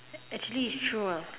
actually it's true ah